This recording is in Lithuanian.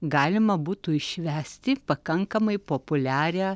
galima būtų išvesti pakankamai populiarią